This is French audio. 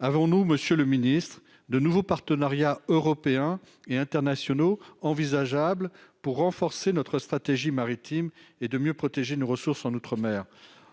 avons-nous, Monsieur le Ministre, de nouveaux partenariats européens et internationaux envisageables pour renforcer notre stratégie maritime et de mieux protéger nos ressources en outre-mer,